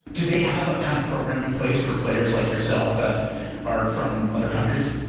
do they have a kind of program in place for players like yourself that are from other countries?